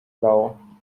law